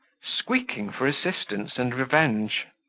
squeaking for assistance and revenge.